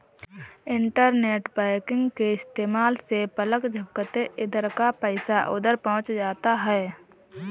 internet banking के इस्तेमाल से पलक झपकते इधर का पैसा उधर पहुँच जाता है